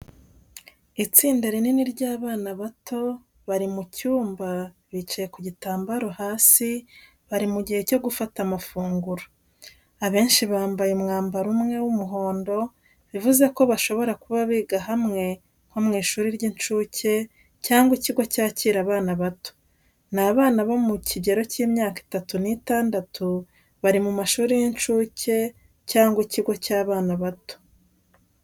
Itsinda rinini ry'abana bato bari mu cyumba, bicaye ku gitambaro hasi bari mu gihe cyo gufata amafunguro. Abenshi bambaye umwambaro umwe w’umuhondo, bivuze ko bashobora kuba biga hamwe nko mu ishuri ry’incuke, cyangwa ikigo cyakira abana bato. Ni abana bo mu kigero cy’imyaka itatu n'itandatu, bari mu mashuri y’incuke cyangwa ikigo cy’abana bato.